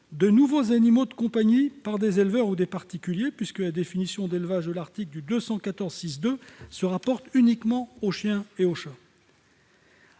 des nouveaux animaux de compagnie (NAC) par des éleveurs ou des particuliers, puisque la définition d'élevage de l'article L. 214-6-2 se rapporte uniquement aux chiens et aux chats.